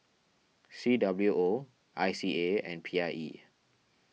C W O I C A and P I E